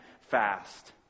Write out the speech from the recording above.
fast